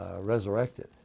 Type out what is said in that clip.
resurrected